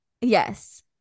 Yes